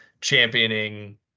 championing